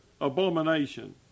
abomination